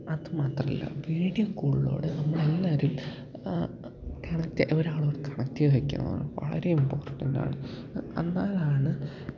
അത് മാത്രമല്ല വീഡിയോ കോളിലൂടെ നമ്മളെല്ലാവരും കണക്റ്റ് ഒരാളോട് കണക്റ്റീവ് ആയിരിക്കുകയെന്നുള്ളത് വളരെ ഇമ്പോർട്ടന്റ് ആണ് എന്നാലാണ്